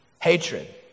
Hatred